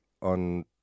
on